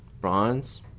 Bronze